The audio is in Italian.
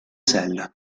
sella